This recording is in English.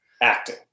acting